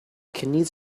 kidneys